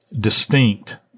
distinct